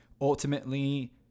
Ultimately